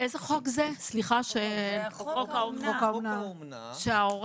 חוק האומנה.